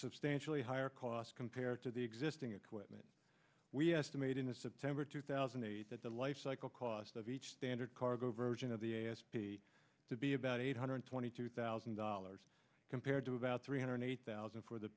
substantially higher cost compared to the existing equipment we estimate in the september two thousand and eight that the life cycle cost of each standard cargo version of the a s b to be about eight hundred twenty two thousand dollars compared to about three hundred eight thousand for the